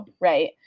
Right